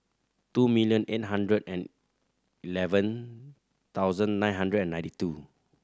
two million eight hundred and eleven thousand nine hundred and ninety two